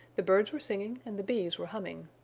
the birds were singing and the bees were humming.